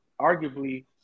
arguably